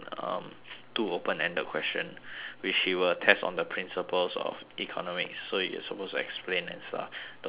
two open ended question which he will test on the principles of economics so you're supposed to explain and stuff the whole theory